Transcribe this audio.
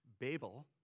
Babel